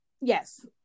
Yes